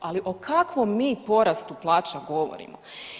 Ali o kakvom mi porastu plaća govorimo?